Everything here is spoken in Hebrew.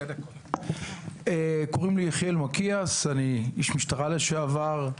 אני איש משטרה לשעבר.